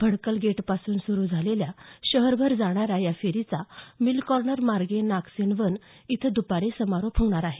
भडकलगेट पासून सुरु झालेल्या शहरभर जाणाऱ्या या फेरीचा मिलकॉर्नर मार्गे नागसेनवन इथं दपारी समारोप होणार आहे